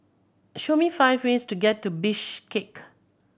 show me five ways to get to Bishkek